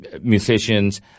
musicians